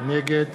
נגד